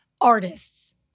artists